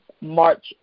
March